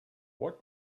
what